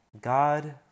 God